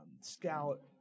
scout